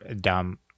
dumb